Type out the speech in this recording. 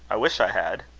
i wish i had.